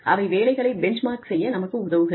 அவை வேலைகளை பெஞ்ச்மார்க் செய்ய நமக்கு உதவுகிறது